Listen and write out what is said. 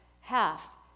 half